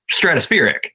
stratospheric